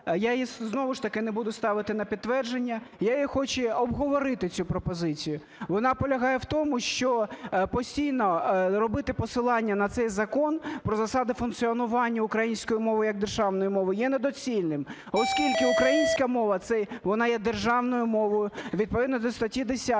я її знову ж таки не буду ставити на підтвердження, я її хочу обговорити, цю пропозицію. Вона полягає в тому, що постійно робити посилання на цей Закон про засади функціонування української мови як державної мови є недоцільним, оскільки українська мова, вона є державною мовою відповідно до статті 10